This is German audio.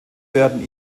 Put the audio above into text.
werden